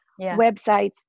Websites